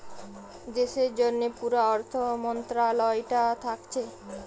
দেশের জন্যে পুরা অর্থ মন্ত্রালয়টা থাকছে